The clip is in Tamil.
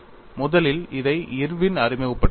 முதலில் இதை இர்வின் அறிமுகப்படுத்தினார்